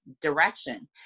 direction